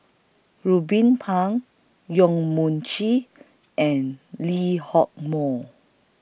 Ruben Pang Yong Mun Chee and Lee Hock Moh